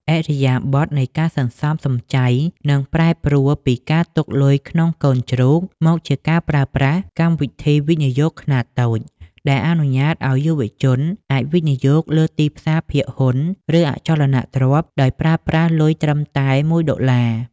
ឥរិយាបថនៃការសន្សំសំចៃនឹងប្រែប្រួលពីការទុកលុយក្នុងកូនជ្រូក មកជាការប្រើប្រាស់ "កម្មវិធីវិនិយោគខ្នាតតូច" ដែលអនុញ្ញាតឱ្យយុវជនអាចវិនិយោគលើទីផ្សារភាគហ៊ុន ឬអចលនទ្រព្យដោយប្រើប្រាស់លុយត្រឹមតែ ១ ដុល្លារ។